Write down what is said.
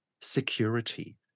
security